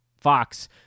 Fox